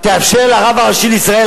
תאפשר לרב הראשי לישראל,